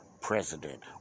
president